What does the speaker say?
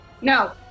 No